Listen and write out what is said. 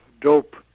dope